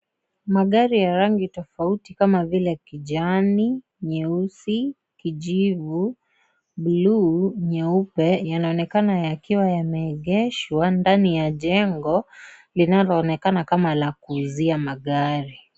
Magari ya rangi tofauti kama vile kijani, nyeusi, kijivu, bulu, nyeupe yanaonekana yakiwa yameegeshwa ndani ya jengo linaloonekana kama la kuuzia magari.